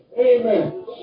Amen